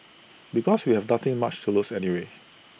because we have nothing much to lose anyway